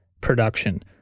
production